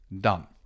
done